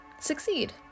succeed